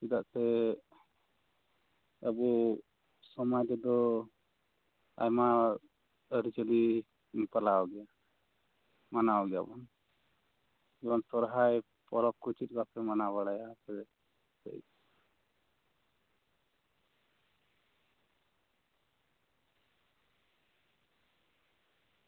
ᱪᱮᱫᱟᱜ ᱥᱮ ᱟᱵᱚ ᱥᱚᱢᱟᱡ ᱨᱮᱫᱚ ᱟᱭᱢᱟ ᱟᱹᱨᱤᱪᱟᱞᱤᱵᱚᱱ ᱯᱟᱞᱟᱣ ᱜᱮᱭᱟ ᱢᱟᱱᱟᱣ ᱜᱮᱭᱟᱵᱚᱱ ᱡᱮᱢᱚᱱ ᱥᱚᱨᱦᱟᱭ ᱯᱚᱨᱚᱵ ᱠᱚ ᱪᱮᱫ ᱞᱮᱠᱟ ᱯᱮ ᱢᱟᱱᱟᱣ ᱵᱟᱲᱟᱭᱟ ᱟᱯᱮ